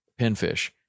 pinfish